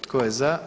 Tko je za?